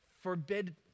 Forbid